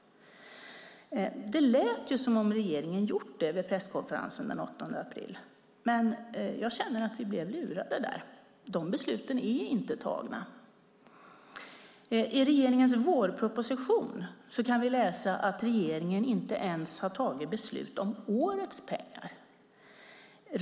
På presskonferensen den 8 april lät det som om regeringen gjort det, men jag känner att vi blev lurade där. De besluten är inte tagna. I regeringens vårproposition kan vi läsa att regeringen inte ens har tagit beslut om årets pengar.